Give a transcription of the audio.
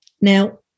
Now